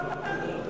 לא תמיד.